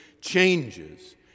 changes